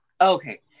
Okay